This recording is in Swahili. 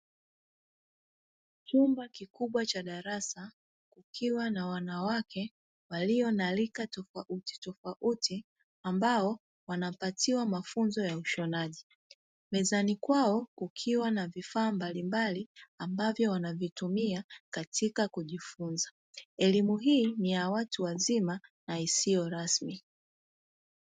Chumba kikubwa cha darasa kukiwa na wanawake walio na rika tofauti tofauti ambao wanapatiwa mafunzo ya ushonaji. Mezani kwao kukiwa na vifaa mbalimbali ambavyo wanavitumia katika kujifunza. Elimu hii ni ya watu wazima na isiyo rasmi.